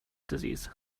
disease